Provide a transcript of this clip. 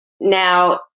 now